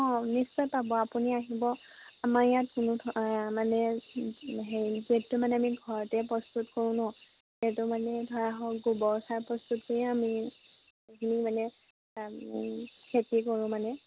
অঁ নিশ্চয় পাব আপুনি আহিব আমাৰ ইয়াত কোনোধৰ মানে হেৰি মানে আমি ঘৰতে প্ৰস্তুত কৰোঁ ন সেইটো মানে ধৰা হওক গোবৰ সাৰ প্ৰস্তুত কৰিয়ে আমি সেইখিনি মানে খেতি কৰোঁ মানে